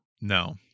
No